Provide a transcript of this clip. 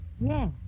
Yes